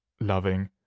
loving